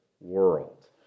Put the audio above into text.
world